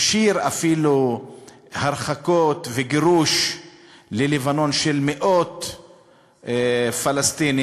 הכשיר אפילו הרחקות וגירוש ללבנון של מאות פלסטינים,